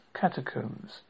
Catacombs